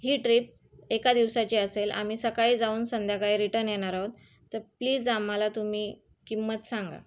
ही trip एका दिवसाची असेल आम्ही सकाळी जाऊन संध्याकाळी रिटन येणार आहोत तर प्लीज आम्हाला तुम्ही किंमत सांगा